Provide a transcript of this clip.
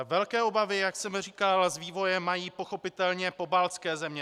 Velké obavy, jak jsem říkal, z vývoje mají pochopitelně pobaltské země.